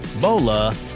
Bola